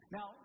Now